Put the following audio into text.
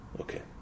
okay